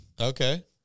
Okay